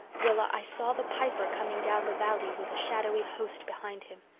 rilla, i saw the piper coming down the valley with a shadowy host behind him.